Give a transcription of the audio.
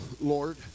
Lord